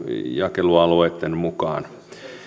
jakelualueitten mukaan